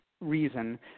reason